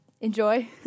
Enjoy